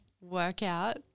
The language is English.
workout